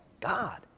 God